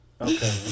Okay